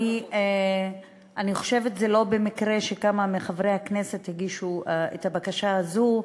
אני חושבת שזה לא מקרה שכמה מחברי הכנסת הגישו את הבקשה הזו.